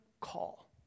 call